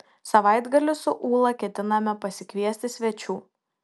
savaitgalį su ūla ketiname pasikviesti svečių